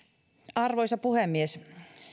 arvoisa puhemies